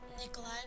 Nikolai